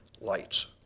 lights